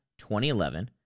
2011